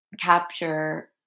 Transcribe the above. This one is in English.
capture